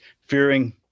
fearing